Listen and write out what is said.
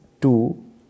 two